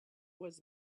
was